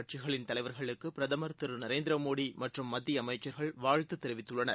கட்சிகளின் தலைவர்களுக்கு பிரதமர் திரு நரேந்திர மோடி மற்றும் மத்திய அமைச்சர்கள் வாழ்த்து தெரிவித்துள்ளனர்